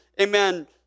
amen